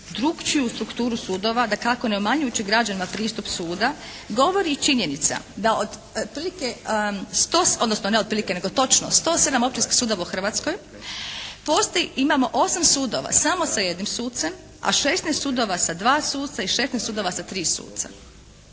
drukčiju strukturu sudova, dakako ne umanjujući građanima pristup suda govori i činjenica da otprilike, odnosno ne otprilike nego točno 107 općinskih sudova u Hrvatskoj postoji, imamo osam sudova samo sa jednim sucem, a 16 sudova sa 2 suca i 16 sudova sa tri suca.